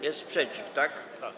Jest sprzeciw, tak?